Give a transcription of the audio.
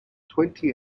twenty